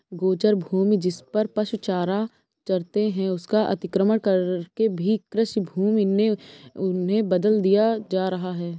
गोचर भूमि, जिसपर पशु चारा चरते हैं, उसका अतिक्रमण करके भी कृषिभूमि में उन्हें बदल दिया जा रहा है